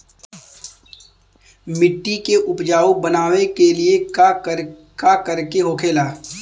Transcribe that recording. मिट्टी के उपजाऊ बनाने के लिए का करके होखेला?